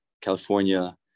California